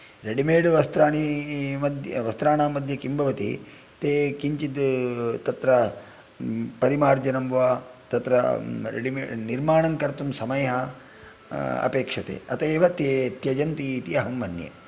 readymade वस्त्राणि वस्त्राणां मध्ये किं भवति ते किञ्चित् तत्र परिमार्जनं वा तत्र रेडिमेड् निर्माणं कर्तुं समयः अपेक्षते अतः एव ते त्यजन्ति इति अहं मन्ये